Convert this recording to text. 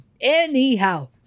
Anyhow